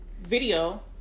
video